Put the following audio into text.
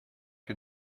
que